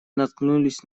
наткнулись